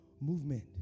movement